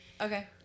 Okay